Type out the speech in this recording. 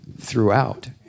throughout